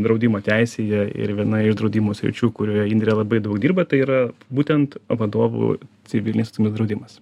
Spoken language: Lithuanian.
draudimo teisėje ir viena iš draudimo sričių kurioje indrė labai daug dirba tai yra būtent vadovų civilinis draudimas